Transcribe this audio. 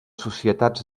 societats